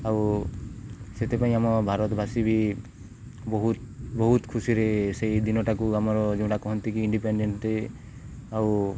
ଆଉ ସେଥିପାଇଁ ଆମ ଭାରତବାସୀ ବି ବହୁତ ବହୁତ ଖୁସିରେ ସେଇ ଦିନଟାକୁ ଆମର ଯେଉଁଟା କହନ୍ତି କିି ଇଣ୍ଡିପେନ୍ଣ୍ଡେଣ୍ଟ୍ ଡେ ଆଉ